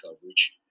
coverage